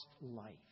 life